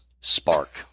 Spark